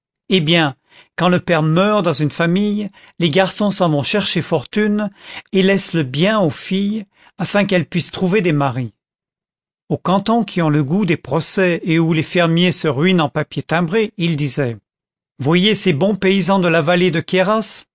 eh bien quand le père meurt dans une famille les garçons s'en vont chercher fortune et laissent le bien aux filles afin qu'elles puissent trouver des maris aux cantons qui ont le goût des procès et où les fermiers se ruinent en papier timbré il disait voyez ces bons paysans de la vallée de